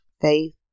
faith